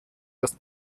das